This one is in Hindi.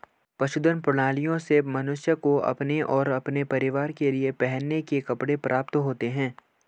पशुधन प्रणालियों से मनुष्य को अपने और अपने परिवार के लिए पहनने के कपड़े प्राप्त होते हैं